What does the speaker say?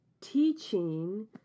teaching